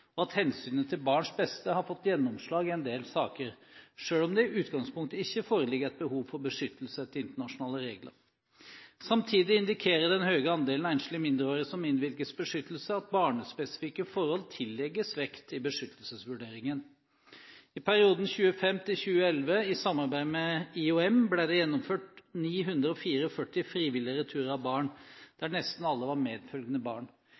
og at hensynet til barnets beste har fått gjennomslag i en del saker, selv om det i utgangspunktet ikke foreligger et behov for beskyttelse etter internasjonale regler. Samtidig indikerer den høye andelen enslige mindreårige som innvilges beskyttelse, at barnespesifikke forhold tillegges vekt i beskyttelsesvurderingen. I perioden 2005–2011 ble det i samarbeid med International Organization for Migration, IOM, gjennomført 944 frivillige returer av barn, der nesten alle var medfølgende barn.